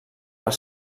per